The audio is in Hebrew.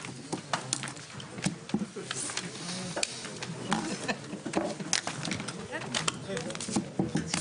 הישיבה ננעלה בשעה 11:00.